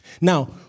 Now